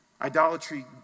Idolatry